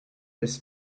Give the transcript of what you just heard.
his